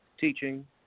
teaching